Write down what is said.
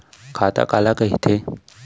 खाता काला कहिथे?